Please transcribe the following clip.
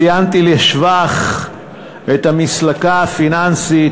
דיברתי וציינתי לשבח את המסלקה הפיננסית.